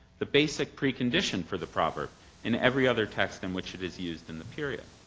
the basic precondition for the proverb in every other text in which it is used in the period.